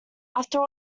after